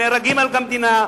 נהרגים למען המדינה.